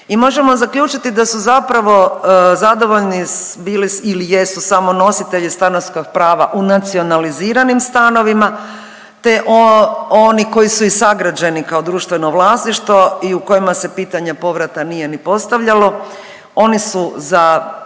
I možemo zaključiti da su zapravo zadovoljni bili ili jesu samo nositelji stanarskog prava u nacionaliziranim stanovima, te oni koji su i sagrađeni kao društveno vlasništvo i u kojima se pitanje povrata nije ni postavljalo. Oni su za